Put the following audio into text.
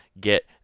get